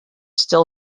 still